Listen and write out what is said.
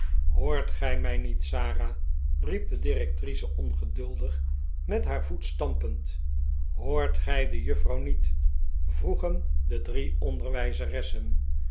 hoort gij mij niet sara riep de directrice ongeduldig met haar voet stampend hoort gij de juffrouw niet vroegen de drie onderwijzeressen